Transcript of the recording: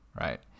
right